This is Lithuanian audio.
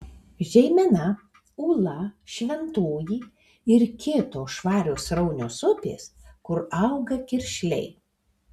žeimena ūla šventoji ir kitos švarios sraunios upės kur auga kiršliai